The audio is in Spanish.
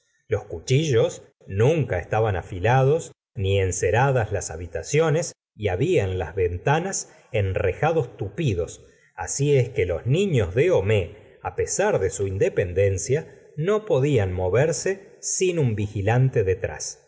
los cuchillos nunca estaban afilados ni enceradas las habitaciones y había en las ventanas enrejados tupidos así es que los niños de homais pesar de su independencia no podíad moverse sin un vigilante detrás